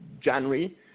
January